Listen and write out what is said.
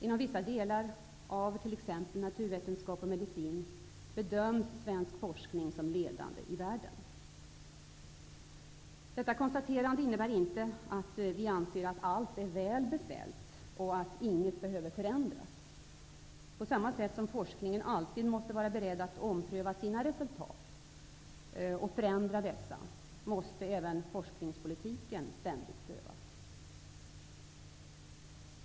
Inom vissa delar av t.ex. naturvetenskap och medicin bedöms svensk forskning som ledande i världen. Detta konstaterande innebär inte att vi anser att allt är väl beställt och att inget behöver förändras. På samma sätt som man inom forskningen alltid måste vara beredd att ompröva sina resultat och förändra dessa måste även forskningspolitiken ständigt prövas.